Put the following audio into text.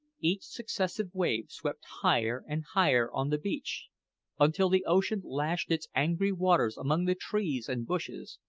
each successive wave swept higher and higher on the beach until the ocean lashed its angry waters among the trees and bushes,